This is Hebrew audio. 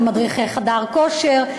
של מדריכי חדר כושר.